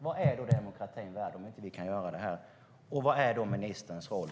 Vad är demokratin värd om vi inte kan göra det här, och vad är då ministerns roll?